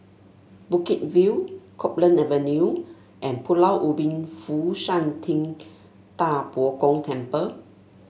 Bukit View Copeland Avenue and Pulau Ubin Fo Shan Ting Da Bo Gong Temple